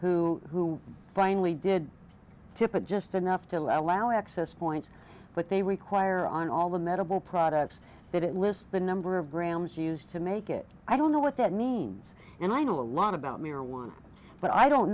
who finally did tip it just enough to allow access points but they require on all the medical products that it lists the number of grams used to make it i don't know what that means and i know a lot about me or one but i don't